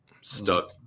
stuck